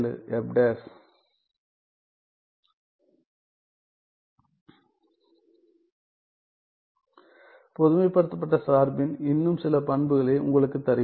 பகுதி தொகையிடுதல் மூலம் தீர்வு பொதுமைப்படுத்தப்பட்ட சார்பின் இன்னும் சில பண்புகளை உங்களுக்கு தருகிறேன்